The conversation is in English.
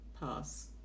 pass